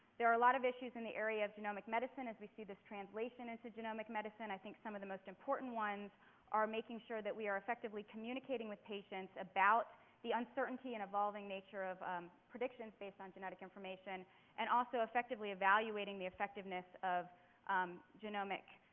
there are a lot of issues in the area of genomic medicine. as we see this translation into generic medicine, i think some of the most important ones are making sure that we are effectively communicating with patients about the uncertainty and evolving nature of predictions based on genetic information and also effectively evaluating the effectiveness of genomic